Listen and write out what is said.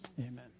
Amen